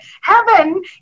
Heaven